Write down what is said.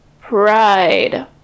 pride